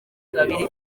kabiri